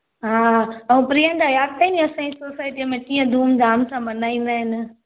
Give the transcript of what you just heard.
हा ऐं प्रियंका यादि अथई असांजी सोसाइटीअ में कीअं धूमधाम सां मल्हाईंदा आहिनि